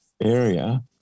area